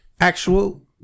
actual